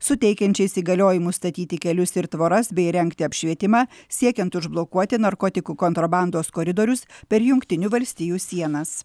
suteikiančiais įgaliojimus statyti kelius ir tvoras bei įrengti apšvietimą siekiant užblokuoti narkotikų kontrabandos koridorius per jungtinių valstijų sienas